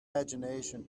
imgination